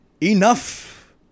Enough